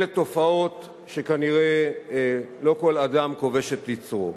אלה תופעות שכנראה לא כל אדם כובש את יצרו